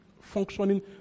functioning